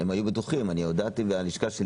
הודעתי והלשכה שלי